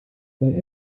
sei